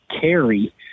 carry